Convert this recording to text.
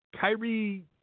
Kyrie